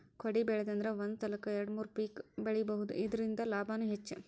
ಕೊಡಿಬೆಳಿದ್ರಂದ ಒಂದ ಸಲಕ್ಕ ಎರ್ಡು ಮೂರು ಪಿಕ್ ಬೆಳಿಬಹುದು ಇರ್ದಿಂದ ಲಾಭಾನು ಹೆಚ್ಚ